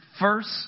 first